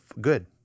good